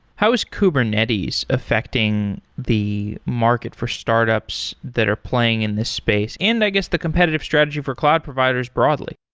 how is kubernetes affecting the market for startups that are playing in this space and i guess the competitive strategy for cloud providers broadly?